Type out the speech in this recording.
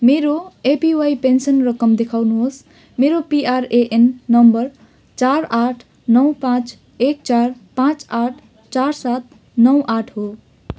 मेरो APY pension रकम देखाउनुहोस् मेरो पिआरएएन नम्बर चार आठ नौ पाँच एक चार पाँच आठ चार सात नौ आठ हो